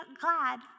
glad